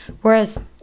Whereas